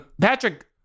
Patrick